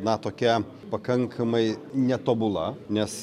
na tokia pakankamai netobula nes